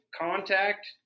contact